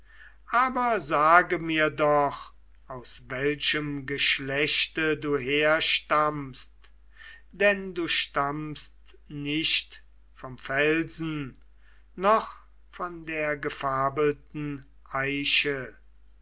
aber sage mir doch aus welchem geschlechte du herstammst denn du stammst nicht vom felsen noch von der gefabelten eiche